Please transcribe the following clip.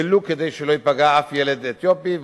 ולו כדי שלא ייפגע אף ילד אתיופי.